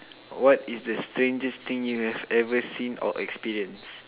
what is the strangest thing you have ever seen or experience